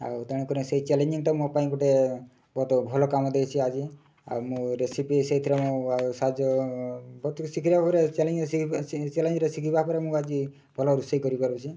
ଆଉ ତେଣୁ କରି ସେଇ ଚ୍ୟାଲେଞ୍ଜିଙ୍ଗ୍ ମୋ ପାଇଁ ଗୋଟିଏ ବହୁତ ଭଲ କାମ ଦେଇଛି ଆଜି ଆଉ ମୁଁ ରେସିପି ସେଇଥିରେ ମୁଁ ସାହାଯ୍ୟ ବହୁତ ଶିଖିବା ପରେ ଚ୍ୟାଲେଞ୍ଜରେ ଶିଖିବା ସେ ଚ୍ୟାଲେଞ୍ଜିରେ ଶିଖିବା ପରେ ମୁଁ ଆଜି ଭଲ ରୋଷେଇ କରିପାରୁଛି